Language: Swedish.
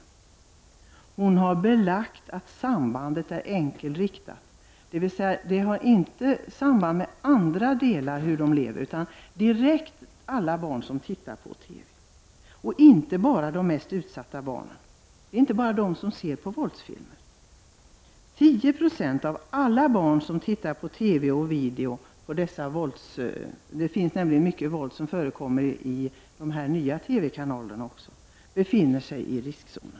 Inga Sonesson har belagt att sambandet är enkelriktat, dvs. det har inte samband med hur barnen lever i övrigt, utan gäller alla barn som tittar på TV och video. Det är inte bara de mest utsatta barnen som ser på våldsfilmer. 10 96 av alla barn som tittar på TV och video befinner sig i riskzonen. Det förekommer mycket våld i de nya TV-kanalerna också.